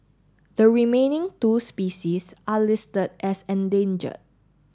the remaining two species are list as endangered